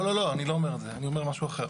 לא, אני לא אומר את זה, אני אומר משהו אחר.